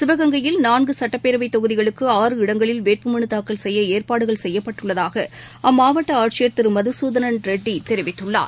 சிவகங்கையில் நான்கு சட்டப்பேரவைத் தொகுதிகளுக்கு ஆறு இடங்களில் வேட்புமலு தாக்கல் செய்ய ஏற்பாடுகள் செய்யப்பட்டுள்ளதாக அம்மாவட்ட ஆட்சியர் திரு மதுசூதனன் ரெட்டி தெரிவித்துள்ளார்